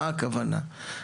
מה הכוונה?